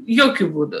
jokiu būdu